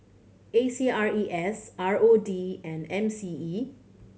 A C R E S R O D and M C E